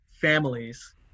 families